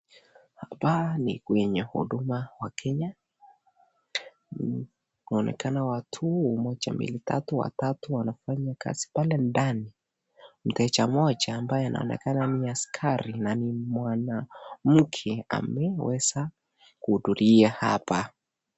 Hapa ni kwenye huduma ya kenya wanaonekana watu mbili tatu watatu wanafanya kazi pale ndani, mteja moja ambaye anaonekana ni askari na ni mwanamke ameweza kuhudhuria hapa.